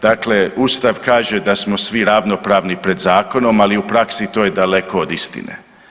Dakle, ustav kaže da smo svi ravnopravni pred zakonom, ali u praksi to je daleko od istine.